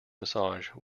massage